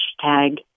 hashtag